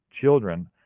children